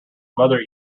mother